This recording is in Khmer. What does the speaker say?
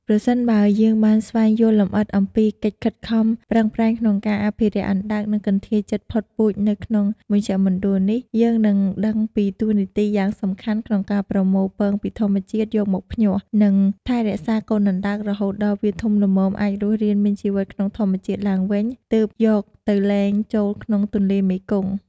ប្រសិនបើយើងបានស្វែងយល់លម្អិតអំពីកិច្ចខិតខំប្រឹងប្រែងក្នុងការអភិរក្សអណ្ដើក និងកន្ធាយជិតផុតពូជនៅក្នុងមជ្ឈមណ្ឌលនេះ យើងនឹងដឹងពីតួនាទីយ៉ាងសំខាន់ក្នុងការប្រមូលពងពីធម្មជាតិ យកមកភ្ញាស់ និងថែរក្សាកូនអណ្ដើករហូតដល់វាធំល្មមអាចរស់រានមានជីវិតក្នុងធម្មជាតិឡើងវិញ ទើបយកទៅលែងចូលក្នុងទន្លេមេគង្គ ។